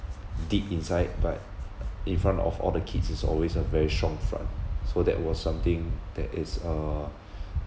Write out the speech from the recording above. deep inside but in front of all the kids is always a very strong front so that was something that is uh